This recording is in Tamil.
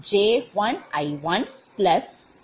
ZijIiIk